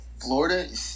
Florida